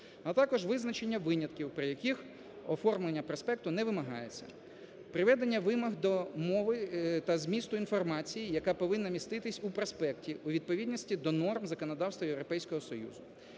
а також визначення винятків, при яких оформлення проспекту не вимагається. Приведення вимог до мови та змісту інформації, яка повинна міститись у проспекті у відповідності до норм законодавства Європейського Союзу.